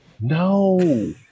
No